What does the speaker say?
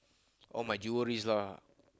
all my jewelleries lah